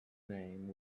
name